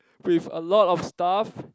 with a lot of stuff